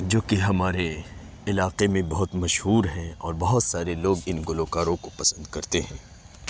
جو کہ ہمارے علاقے میں بہت مشہور ہیں اور بہت سارے لوگ ان گلوکاروں کو پسند کرتے ہیں